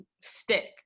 stick